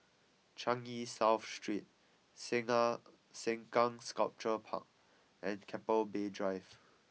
Changi South Street Sengkang Sengkang Sculpture Park and Keppel Bay Drive